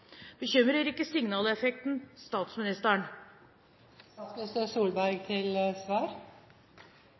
Bekymrer heller ikke signaleffekten statsministeren?»